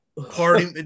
Party